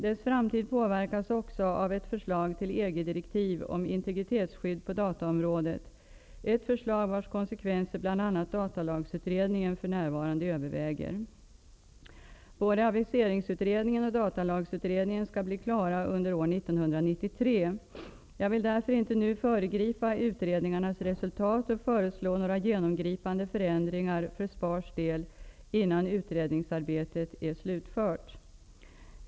Dess framtid påverkas också av ett förslag till EG-direktiv om integritetsskydd på dataområdet, ett förslag vars konsekvenser bl.a. datalagsutredningen för närvarande överväger. Både aviseringsutredningen och datalagsutredningen skall bli klara under år 1993. Jag vill därför inte nu föregripa utredningarnas resultat och föreslå några genomgripande förändringar för SPAR:s del innan utredningsarbetet är slutfört.